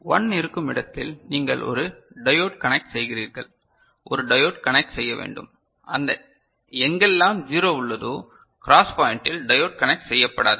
1 இருக்கும் இடத்தில் நீங்கள் ஒரு டையோடு கனெக்ட் செய்கிறீர்கள் ஒரு டையோடு கனெக்ட் செய்ய வேண்டும் அந்த எங்கெல்லாம் 0 உள்ளதோ கிராஸ் பாயிண்டில் டயோட் கனெக்ட் செய்யப்படாது